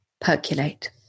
percolate